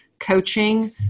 Coaching